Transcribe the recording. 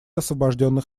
освобожденных